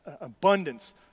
abundance